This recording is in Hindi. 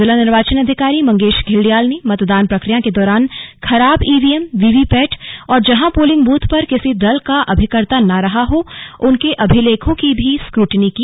जिला निर्वाचन अधिकारी मंगेश घिल्डियाल ने मतदान प्रक्रिया के दौरान खराब ईवीएम वीवीपैट और जहां पोलिंग बूथ पर किसी दल का अभिकर्ता न रहा हो उनके अभिलेखों की भी स्क्रूटनी की